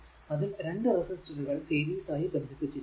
അതിൽ 2 റെസിസ്റ്ററുകൾ സീരീസ് ആയി ബന്ധിപ്പിച്ചിരിക്കുന്നു